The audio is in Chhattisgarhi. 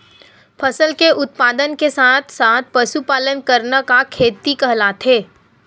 फसल के उत्पादन के साथ साथ पशुपालन करना का खेती कहलाथे?